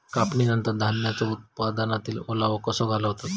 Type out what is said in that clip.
कापणीनंतर धान्यांचो उत्पादनातील ओलावो कसो घालवतत?